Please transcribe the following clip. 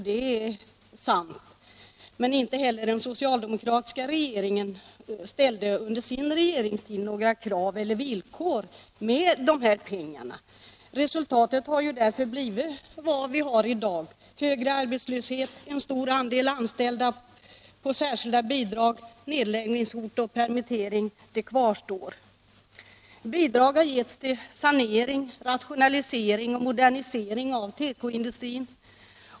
Det är sant, men inte heller den socialdemokratiska regeringen ställde under sin regeringstid några krav eller villkor med dessa pengar. Resultatet har därför blivit vad vi har i dag: hög arbetslöshet, en stor del av de anställda på särskilda bidrag, nedläggningshot och permittering — allt detta kvarstår. Bidrag har getts till sanering, rationalisering och modernisering av tekoindustrin.